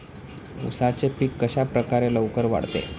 उसाचे पीक कशाप्रकारे लवकर वाढते?